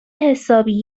حسابی